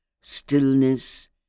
stillness